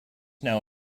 now